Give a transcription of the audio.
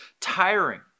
tiring